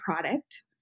product